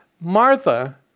Martha